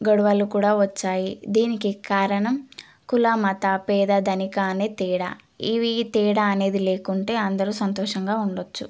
గొడవలు కూడా వచ్చాయి దీనికి కారణం కులమత పేద ధనిక అనే తేడా ఇవి తేడా అనేది లేకుంటే అందరూ సంతోషంగా ఉండవచ్చు